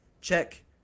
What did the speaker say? Check